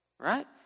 right